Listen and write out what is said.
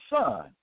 son